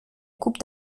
coupe